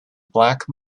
black